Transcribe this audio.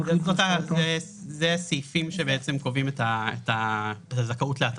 אלה סעיפים שקובעים את הזכאות להטבה.